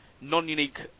Non-unique